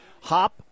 hop